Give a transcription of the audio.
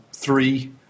three